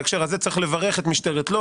בהקשר הזה צריך לברך את משטרת לוד על